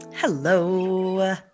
Hello